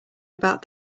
about